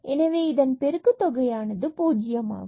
எனவே இதன் பெருக்கு தொகையானது பூஜ்ஜியம் ஆகும்